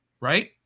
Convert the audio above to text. right